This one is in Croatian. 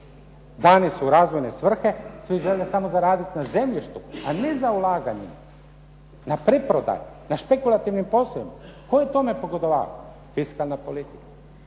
Dani su u razvojne svrhe, svi žele samo zaradit na zemljištu, a ne za ulaganje. Na preprodaji, na špekulativnim posebno. Tko je tome pogodovao? Fiskalna politika.